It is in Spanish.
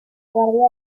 guardia